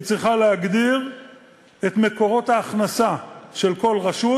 צריכה להגדיר את מקורות ההכנסה של כל רשות,